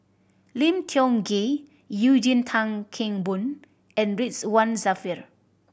Lim Kiong Ghee Eugene Tan Kheng Boon and Ridzwan Dzafir